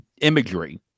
imagery